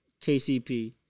KCP